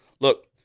Look